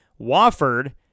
Wofford